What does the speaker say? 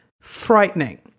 frightening